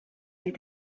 sie